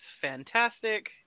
fantastic